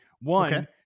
One